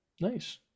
Nice